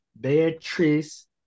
Beatrice